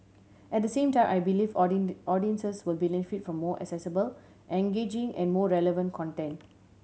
at the same time I believe audiences will benefit from more accessible engaging and more relevant content